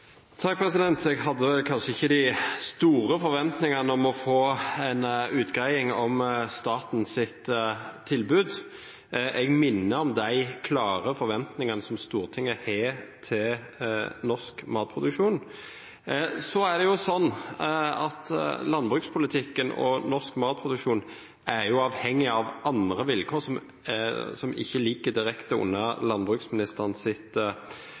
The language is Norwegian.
Jeg hadde kanskje ikke de store forventningene om å få en utgreiing om statens tilbud. Jeg minner om de klare forventningene som Stortinget har til norsk matproduksjon. Så er det sånn at landbrukspolitikken og norsk matproduksjon er avhengig av andre vilkår som ikke ligger direkte under